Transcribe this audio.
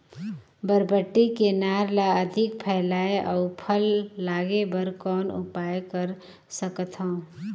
बरबट्टी के नार ल अधिक फैलाय अउ फल लागे बर कौन उपाय कर सकथव?